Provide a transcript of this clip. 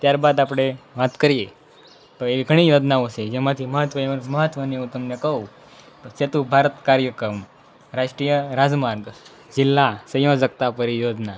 ત્યાર બાદ આપણે વાત કરીએ તો એવી ઘણી યોજનાઓ છે જેમાંથી મહત્ત્વ મહત્ત્વની તમને કહું તો સેતુ ભારત કાર્યક્રમ રાષ્ટ્રીય રાજમાર્ગ જિલ્લા સંયોજકતા પરિયોજના